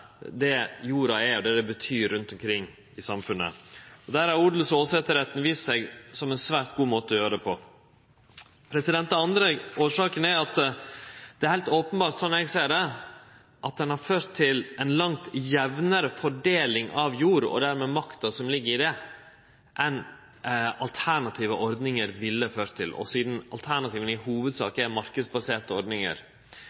forvalte jorda og det som det betyr rundt omkring i samfunnet, på. Der har odels- og åsetesretten vist seg som ein svært god måte å gjere det på. Den andre årsaka er at det er heilt openbert, slik eg ser det, at det har ført til ei langt jamnare fordeling av jord og dermed makta som ligg i det, enn alternative ordningar ville ført til, sidan alternativa i